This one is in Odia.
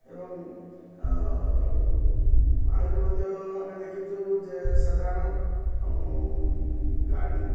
ଏବଂ ଆହୁରି ମଧ୍ୟ ଆମେ ଦେଖିଛୁ ଯେ ସାଧାରଣ ଗାଡ଼ି